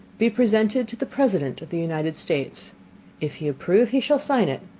be presented to the president of the united states if he approve he shall sign it,